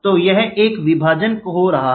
तो यहां एक विभाजन हो रहा है